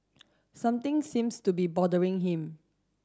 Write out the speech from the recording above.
something seems to be bothering him